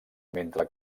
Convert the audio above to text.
mentre